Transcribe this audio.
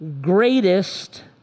greatest